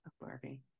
Barbie